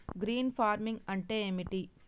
Green farming అంటే ఏమిటి?